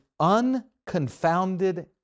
unconfounded